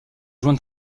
joint